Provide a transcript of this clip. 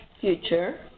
future